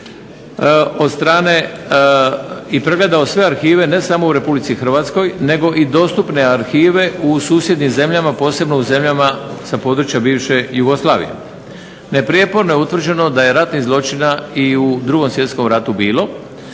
od strane i pregledao sve arhive ne samo u RH nego i dostupne arhive u susjednim zemljama posebno u zemljama sa područja bivše Jugoslavije. Neprijeporno je utvrđeno da je ratnih zločina i u 2. Svjetskom ratu bilo